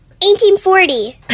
1840